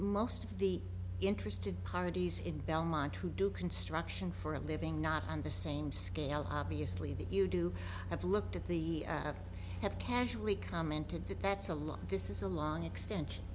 most of the interested parties in belmont who do construction for a living not on the same scale obviously that you do have looked at the have casually commented that that's a lot this is a long extension